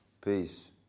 Peace